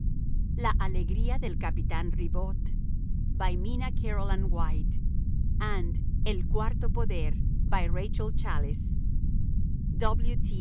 la alegría del capitán ribot by minna caroline white and el cuarto poder